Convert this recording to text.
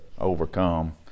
overcome